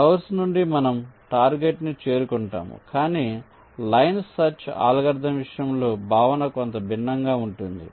కాబట్టి సౌర్స్ నుండి మనం టార్గెట్ నీ చేరుకుంటాము కాని లైన్ సెర్చ్ అల్గోరిథం విషయంలో భావన కొంత భిన్నంగా ఉంటుంది